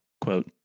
Quote